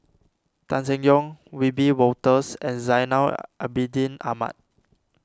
Tan Seng Yong Wiebe Wolters and Zainal Abidin Ahmad